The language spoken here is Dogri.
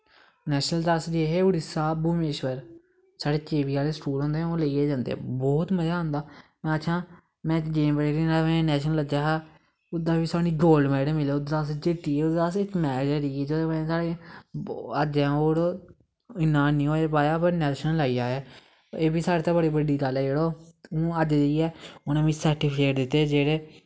नैशनल च अस गे हे उड़ीसा भुवनेश्वर जेह्के केवी आह्ले स्कूल होंदे ओह् लेइयै जंदे बौह्त मजा आंदा में इक गेम पकड़ी में नैश्नल लग्गेआ हा उध्दरा बी साह्नू गोल्ड मैडल मिलेआ उध्दरा अस जित्तिये उध्दर अस इक मैच हारिये हे जेह्दी बजह् नैं अग्गैं होर इन्ना निं होई पाया पर नैश्नल लाई आए हे एह् बी साढ़ै तै बड़ी बड्डी गल्ल ऐ जरो अग्गैं जाइयै उनैं मिगी स्र्टिफिकेट दित्ते हे जेह्ड़े